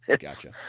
Gotcha